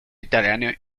italiano